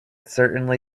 certainly